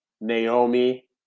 naomi